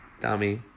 dummy